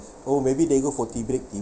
oh maybe they go for tea break tea